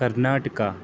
Karnataka